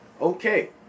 okay